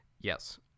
yes